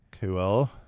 Cool